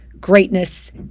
greatness